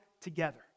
together